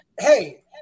hey